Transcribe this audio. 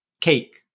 cake